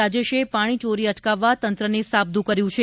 રાજેશે પાણી ચોરી અટકાવવા તંત્રને સાબદ્દું કર્યું છે